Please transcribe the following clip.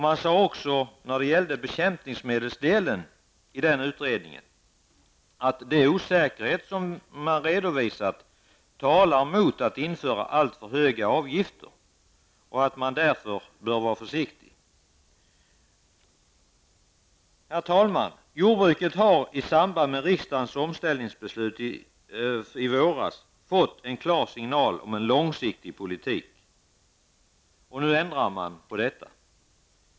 Man sade också när det gäller bekämpningsmedlen att den osäkerhet som har redovisats talar mot att införa alltför höga avgifter och att man därför bör vara försiktig. Herr talman! Jordbrukarna har i samband med riksdagens omställningsbeslut i våras fått en klar signal om en långsiktig politik. Nu ändrar man på det.